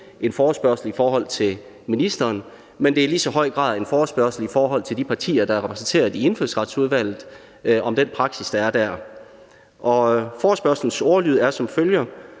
en forespørgsel i forhold til ministeren, men det er i lige så høj grad en forespørgsel i forhold til de partier, der er repræsenteret i Indfødsretsudvalget, om den praksis, der er der, og forespørgslens ordlyd er, som følger: